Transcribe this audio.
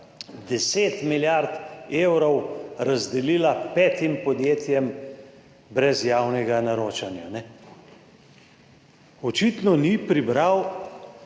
10 milijard evrov razdelila petim podjetjem brez javnega naročanja. Očitno ni prebral,